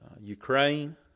Ukraine